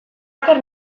oker